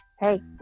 Hey